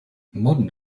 modern